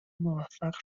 موفق